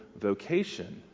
vocation